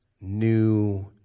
New